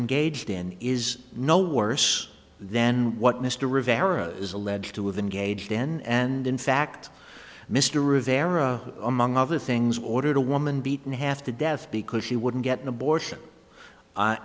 engaged in is no worse than what mr rivera is alleged to have engaged in and in fact mr rivera among other things ordered a woman beaten half to death because he wouldn't get an abortion